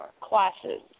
classes